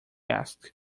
asked